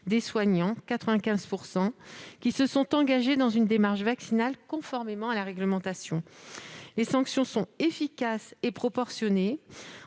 des soignants, qui se sont engagés dans une démarche vaccinale conformément à la réglementation. Les sanctions sont efficaces et proportionnées.